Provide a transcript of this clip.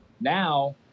Now